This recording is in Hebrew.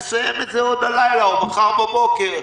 נסיים את זה עוד הלילה או מחר בבוקר.